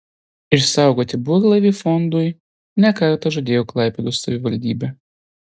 išsaugoti burlaivį fondui ne kartą žadėjo klaipėdos savivaldybė